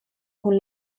kun